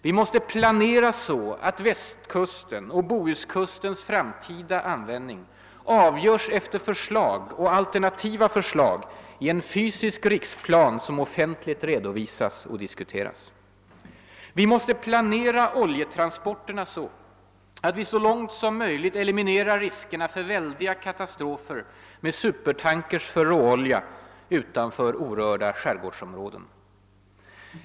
Vi måste planera så, att Västkustens och Bohuskustens framtida användning avgörs efter förslag — och alternativa förslag — i en fysisk riksplan, som offentligt redovisas och diskuteras. Vi måste planera oljetransporterna så, att vi så långt som möjligt eliminerar riskerna för att väldiga katastrofer med supertankers för råolja inträffar utanför orörda skärgårdsområden.